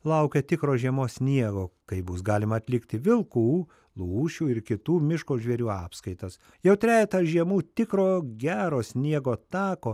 laukia tikro žiemos sniego kai bus galima atlikti vilkų lūšių ir kitų miško žvėrių apskaitas jau trejetą žiemų tikro gero sniego tako